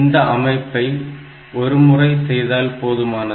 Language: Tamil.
இந்த அமைப்பை ஒரு முறை செய்தால் போதுமானது